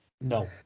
No